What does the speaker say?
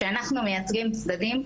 כשאנחנו מייצגים צדדים,